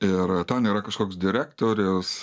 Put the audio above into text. ir tau nėra kažkoks direktorius